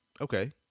Okay